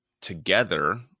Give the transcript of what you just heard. together